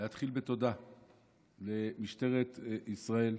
להתחיל בתודה למשטרת ישראל,